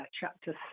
chapter